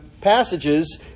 passages